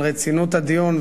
ועל רצינות הדיון,